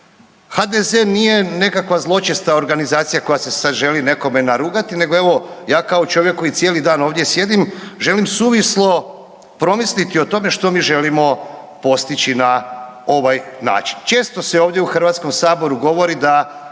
HDZ nije nekakva zločesta organizacija koja se sad želi nekome narugati nego evo ja kao čovjek koji cijeli dan ovdje sjedim želim suvislo promisliti o tome što mi želimo postići na ovaj način. Često se ovdje u Hrvatskom saboru govori da